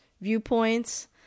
viewpoints